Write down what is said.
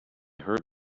hurt